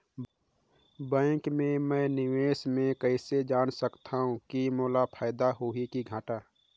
Bank मे मैं निवेश मे कइसे जान सकथव कि मोला फायदा होही कि घाटा?